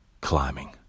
climbing